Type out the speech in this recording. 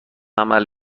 عمل